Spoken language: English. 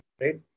right